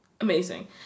amazing